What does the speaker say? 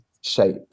shape